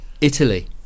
Italy